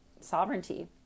sovereignty